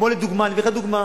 אני אתן לך דוגמה: